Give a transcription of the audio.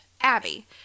Abby